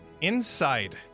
inside